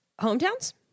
Hometowns